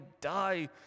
die